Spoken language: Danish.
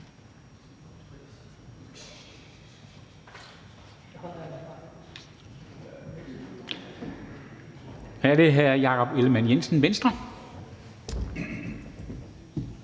er det hr. Jacob Ellemann-Jensen, Venstre.